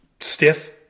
stiff